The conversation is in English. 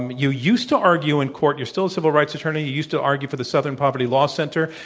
you used to argue in court. you're still a civil rights attorney. you used to argue for the southern poverty law center,